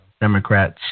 Democrats